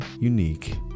unique